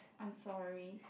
I'm sorry